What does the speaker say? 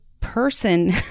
person